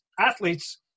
athletes